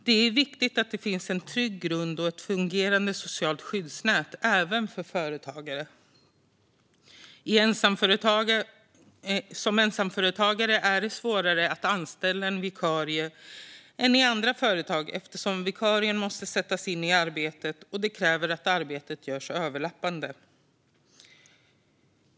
Det är viktigt att det finns en trygg grund och ett fungerande socialt skyddsnät även för företagare, herr ålderspresident. För ensamföretagare är det svårare än det är i andra företag att anställa en vikarie. Vikarien måste sättas in i arbetet, och det kräver att arbetet görs överlappande.